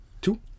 Two